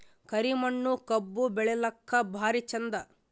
ಕರಿ ಮಣ್ಣು ಕಬ್ಬು ಬೆಳಿಲ್ಲಾಕ ಭಾರಿ ಚಂದ?